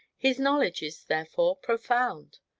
his knowledge is, therefore, profound!